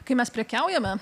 kai mes prekiaujame